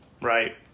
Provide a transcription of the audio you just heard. Right